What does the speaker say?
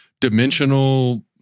dimensional